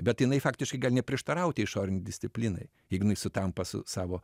bet jinai faktiškai gali neprieštarauti išorinei disciplinai jeigu jinai sutampa su savo